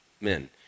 men